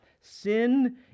Sin